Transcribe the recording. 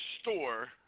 store